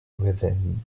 within